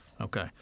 Okay